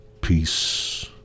Peace